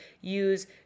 use